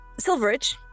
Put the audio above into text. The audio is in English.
Silveridge